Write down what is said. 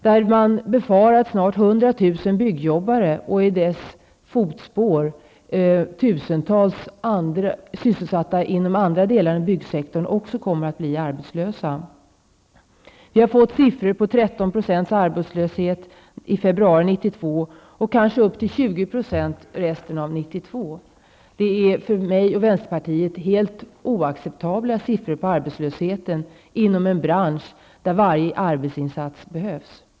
Det befaras ju att det snart är 100 000 byggjobbare -- och i fotspåren av den arbetslösheten tusentals sysselsatta inom andra delar av byggsektorn -- som kommer att vara arbetslösa. Vi har tagit del av siffror som visar på 13 % arbetslöshet i februari 1992. Under återstående delen av 1992 blir det kanske uppemot 20 % som är arbetslösa. För mig och övriga i vänsterpartiet är det helt oacceptabla arbetslöshetssiffror. Det handlar ju om en bransch där varje arbetsinsats behövs.